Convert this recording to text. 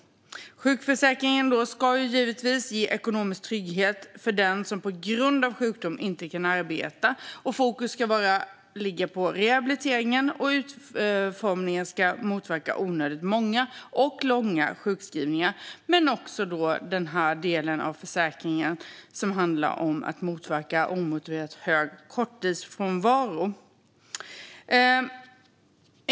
Sjukförsäkringen ska givetvis ge ekonomisk trygghet till den som på grund av sjukdom inte kan arbeta. Fokus ska ligga på rehabilitering, och utformningen ska motverka onödigt många och långa sjukskrivningar. Det gäller också den delen av försäkringen som handlar om att motverka onödigt hög korttidsfrånvaro.